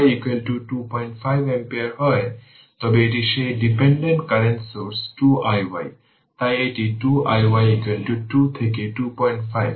সুতরাং যদি iy 25 ampere হয় তবে এটি সেই ডিপেন্ডেন্ট কারেন্ট সোর্স 2 iy তাই এটি 2 iy 2 থেকে 25 অর্থাৎ r 5 অ্যাম্পিয়ার যা r 5 অ্যাম্পিয়ার